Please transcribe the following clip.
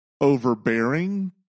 overbearing